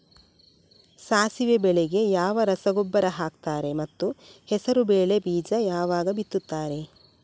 ಸಾಸಿವೆ ಬೆಳೆಗೆ ಯಾವ ರಸಗೊಬ್ಬರ ಹಾಕ್ತಾರೆ ಮತ್ತು ಹೆಸರುಬೇಳೆ ಬೀಜ ಯಾವಾಗ ಬಿತ್ತುತ್ತಾರೆ?